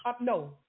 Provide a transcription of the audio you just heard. no